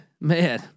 man